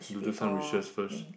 to do some research first